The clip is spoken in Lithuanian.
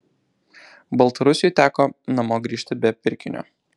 baltarusiui teko namo grįžti be pirkinio